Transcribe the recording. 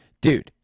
dude